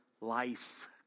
life